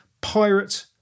pirate